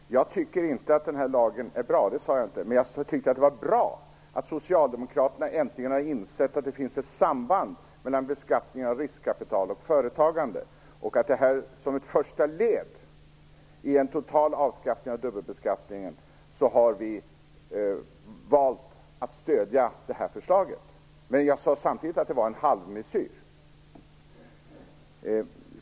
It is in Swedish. Herr talman! Jag tycker inte att den här lagen är bra, och det sade jag inte heller. Men jag tyckte att det var bra att Socialdemokraterna äntligen har insett att det finns ett samband mellan beskattning av riskkapital och företagande. Som ett första led i ett totalt avskaffande av dubbelbeskattningen har vi valt att stödja det här förslaget. Men jag sade samtidigt att det var en halvmesyr.